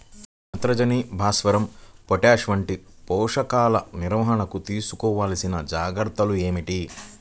నత్రజని, భాస్వరం, పొటాష్ వంటి పోషకాల నిర్వహణకు తీసుకోవలసిన జాగ్రత్తలు ఏమిటీ?